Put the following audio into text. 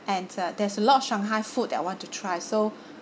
and uh there's a lot of shanghai food that I want to try so